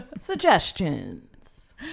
suggestions